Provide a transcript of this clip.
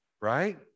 right